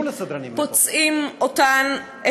פוצעים אותן,